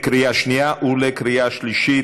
בקריאה שנייה וקריאה שלישית.